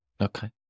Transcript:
okay